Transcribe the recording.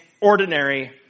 ordinary